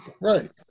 Right